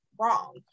wrong